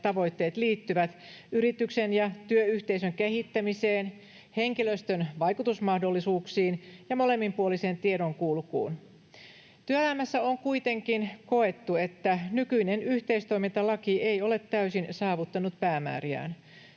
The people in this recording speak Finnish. tavoitteet liittyvät yrityksen ja työyhteisön kehittämiseen, henkilöstön vaikutusmahdollisuuksiin ja molemminpuoliseen tiedonkulkuun. [Arto Satonen: Kyllä!] Työelämässä on kuitenkin koettu, että nykyinen yhteistoimintalaki ei ole täysin saavuttanut päämääriään.